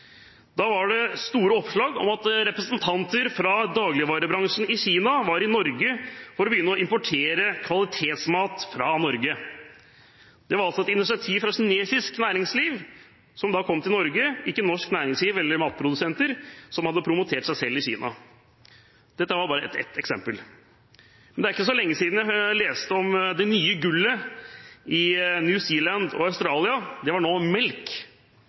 da jeg i vinter, for noen måneder siden, så førstesiden av Dagens Næringsliv. De hadde et stort oppslag om at representanter fra dagligvarebransjen i Kina var i Norge for å begynne å importere kvalitetsmat fra Norge. Det var altså et initiativ fra kinesisk næringsliv som kom til Norge – ikke norsk næringsliv eller matprodusenter som hadde promotert seg selv i Kina. Dette var bare ett eksempel. Det er heller ikke så lenge siden jeg leste at det nye gullet for bønder i New Zealand og